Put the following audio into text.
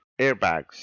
airbags